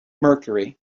mercury